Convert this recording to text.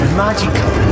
magical